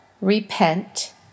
Repent